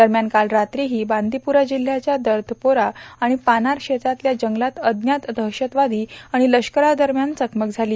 दरम्यान काल रात्रीही बांदिपुरा जिल्हयाच्या दर्दपोरा आणि पानार क्षेत्रातल्या जंगलात अज्ञात दहशतवादी आणि लष्करादरम्यान चकमक झाली